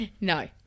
No